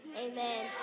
Amen